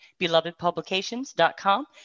BelovedPublications.com